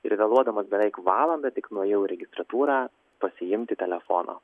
ir vėluodamas beveik valandą tik nuėjau į registratūrą pasiimti telefono